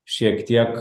šiek tiek